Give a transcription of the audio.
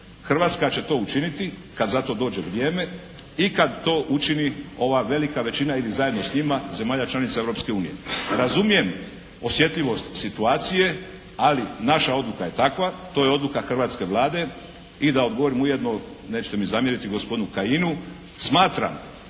Hrvatska će to učiniti kad za to dođe vrijeme i kad to učini ova velika većina ili zajedno s njima zemalja članica Europske unije. Razumijem osjetljivost situacije ali naša odluka je takva. To je odluka hrvatske Vlade. I da odgovorim ujedno, nećete mi zamjeriti, gospodinu Kajinu smatram